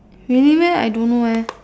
really meh I don't know leh